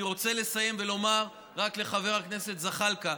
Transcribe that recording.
אני רוצה לסיים ולומר רק לחבר הכנסת זחאלקה,